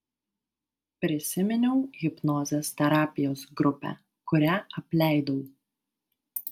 prisiminiau hipnozės terapijos grupę kurią apleidau